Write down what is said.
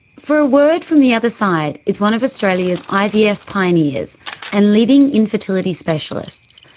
for a word from the other side is one of australia's ivf pioneers and leading infertility specialists,